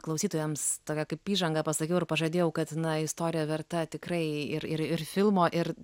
klausytojams tave kaip įžangą pasakiau ir pažadėjau kad na istoriją verta tikrai ir ir ir filmo ir